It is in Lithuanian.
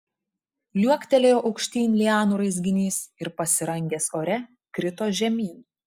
liuoktelėjo aukštyn lianų raizginys ir pasirangęs ore krito žemyn